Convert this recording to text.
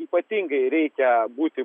ypatingai reikia būti